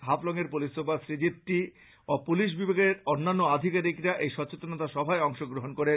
হাফলং এর police super Srijit টি ও পুলিশ বিভাগের অন্যান্য আধিকারিকরা এই সচেতনতা সভায় অংশ গ্রহণ করেন